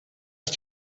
ist